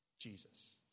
Jesus